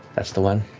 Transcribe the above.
that's the one.